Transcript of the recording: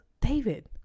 David